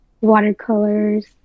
watercolors